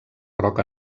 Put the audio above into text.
roca